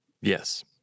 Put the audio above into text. Yes